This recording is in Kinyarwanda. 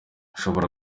ushobora